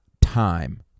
time